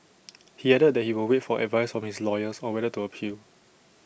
he added that he will wait for advice from his lawyers on whether to appeal